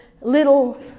little